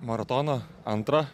maratoną antrą